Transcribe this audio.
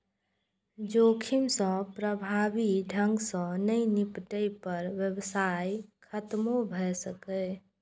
जोखिम सं प्रभावी ढंग सं नहि निपटै पर व्यवसाय खतमो भए सकैए